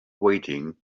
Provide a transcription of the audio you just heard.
waiting